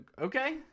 Okay